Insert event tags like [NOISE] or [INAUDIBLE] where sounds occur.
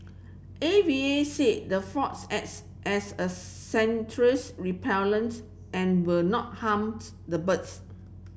A V A said the fogs acts as a sensory [UNINTELLIGIBLE] repellent and will not harm [UNINTELLIGIBLE] the birds